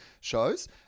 shows